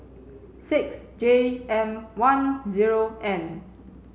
six J M one zero N